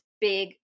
big